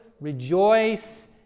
Rejoice